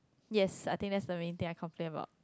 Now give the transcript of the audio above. yes I think that's the main thing I complain about